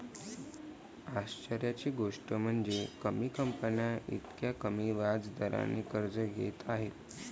आश्चर्याची गोष्ट म्हणजे, कमी कंपन्या इतक्या कमी व्याज दरानेही कर्ज घेत आहेत